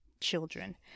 children